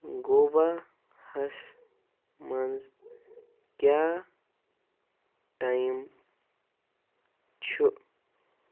گوواہَس منٛز کیٛاہ ٹایم چھُ